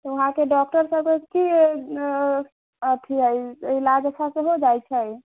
वहाँके डॉक्टरसभके की अथी हइ इलाज अच्छासँ हो जाइत छै